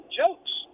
jokes